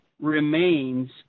remains